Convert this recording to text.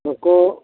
ᱱᱩᱠᱩ